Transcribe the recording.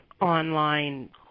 online